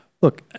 Look